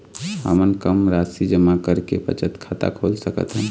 हमन कम राशि जमा करके बचत खाता खोल सकथन?